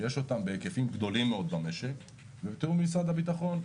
שיש אותם בהיקפים גדולים מאוד במשק ובתיאום עם משרד הביטחון.